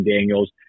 Daniels